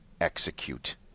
execute